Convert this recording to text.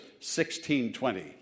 1620